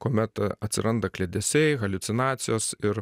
kuomet atsiranda kliedesiai haliucinacijos ir